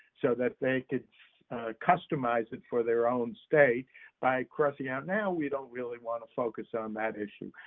so that they could customize it for their own state by crossing out now we don't really want to focus on that issue.